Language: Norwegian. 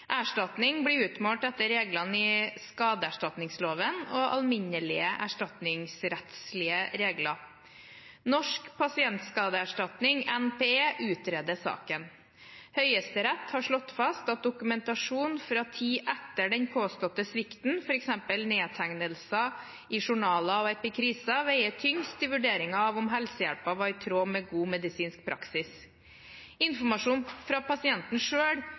Erstatning blir utmålt etter reglene i skadeserstatningsloven og alminnelige erstatningsrettslige regler. Norsk pasientskadeerstatning, NPE, utreder saken. Høyesterett har slått fast at dokumentasjon fra tiden etter den påståtte svikten, f.eks. nedtegnelser i journaler og epikriser, veier tyngst i vurderingen av om helsehjelpen var i tråd med god medisinsk praksis. Informasjon fra pasienten